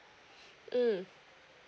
mm